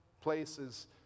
places